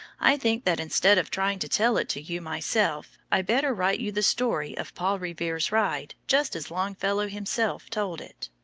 i think that instead of trying to tell it to you myself, i better write you the story of paul revere's ride just as longfellow himself told it.